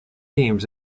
themes